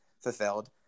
fulfilled